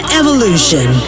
evolution